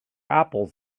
apples